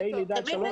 הוא לא חל